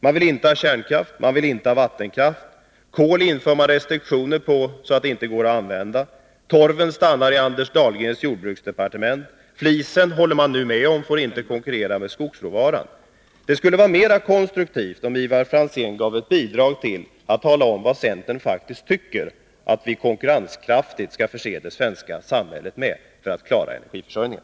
Man vill inte ha kärnkraft, man vill inte ha vattenkraft, för kol inför man restriktioner så att det inte går att använda, torven stannar i Anders Dahlgrens jordbruksdepartement, flisen — det håller man nu med om -— får inte konkurrera med skogsråvaran. Det skulle vara mer konstruktivt om Ivar Franzén bidrog till att tala om vilken sorts energi som centern faktiskt tycker att vi skall ha i det svenska samhället för att på ett konkurrenskraftigt sätt kunna klara energiförsörjningen.